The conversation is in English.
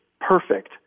perfect